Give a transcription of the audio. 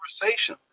conversation